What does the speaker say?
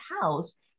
house